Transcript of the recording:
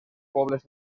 pobles